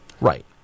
Right